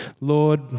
Lord